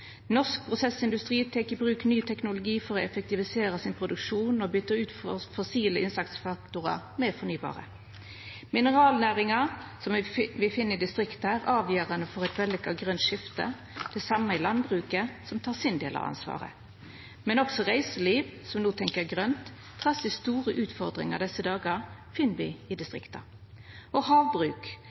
Norsk prosessindustri tek i bruk ny teknologi for å effektivisera sin produksjon og byter ut fossile innsatsfaktorar med fornybare. Mineralnæringa, som me finn i distrikta, er avgjerande for eit vellykka grønt skifte. Det same er landbruket, som tek sin del av ansvaret. Også reiseliv, som no tenkjer grønt, trass i store utfordringar i desse dagar, finn me i distrikta. Havbruk